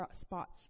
spots